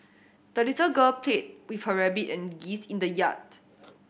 the little girl played with her rabbit and geese in the yard